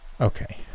Okay